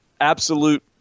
absolute